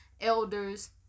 elders